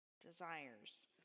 desires